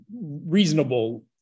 reasonable